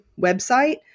website